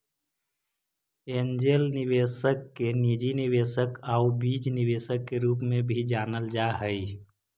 angel निवेशक के निजी निवेशक आउ बीज निवेशक के रूप में भी जानल जा हइ